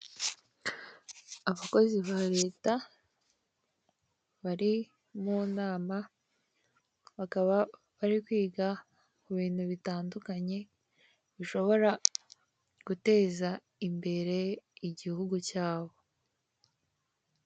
Abakozi ba leta bari munama bakaba bari kwiga kubintu bitandukanye bishobora guteza imbere igihugu cyawe.